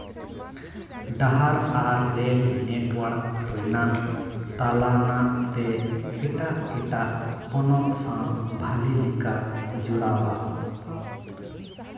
ᱰᱟᱦᱟᱨ ᱟᱨ rail network ᱨᱮᱱᱟᱜ ᱛᱟᱞᱟᱱᱟᱜ ᱛᱮ ᱮᱴᱟᱜᱼᱮᱴᱟᱜ ᱯᱚᱱᱚᱛ ᱥᱟᱶ ᱵᱷᱟᱞᱤ ᱞᱮᱠᱟ ᱡᱚᱲᱟᱣᱟ